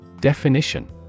Definition